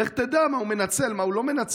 לך תדע מה הוא מנצל ומה הוא לא מנצל.